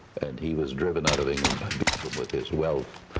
and he was driven out of england by beecham with his wealth.